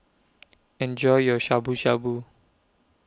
Enjoy your Shabu Shabu